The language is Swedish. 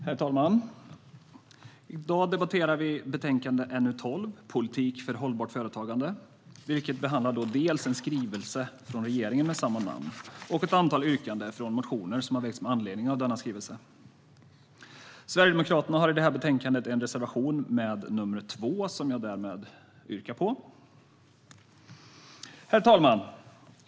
Herr talman! I dag debatterar vi betänkande NU12, Politik för hållbart företagande , vilket behandlar dels en skrivelse från regeringen med samma namn, dels ett antal yrkanden i motioner som har väckts med anledning av denna skrivelse. Sverigedemokraterna har i detta betänkande en reservation, nr 2, som jag härmed yrkar bifall till. Herr talman!